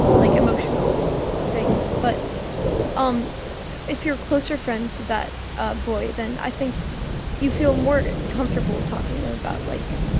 like, emotional things. but um if you're closer friends with that ah boy, then i think you feel more comfortable talking about, like,